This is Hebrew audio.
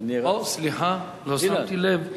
סליחה, לא שמתי לב.